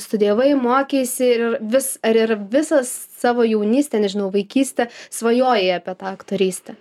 studijavai mokeisi ir vis ar ir visą savo jaunystę nežinau vaikystę svajojai apie tą aktorystę